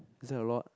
is that a lot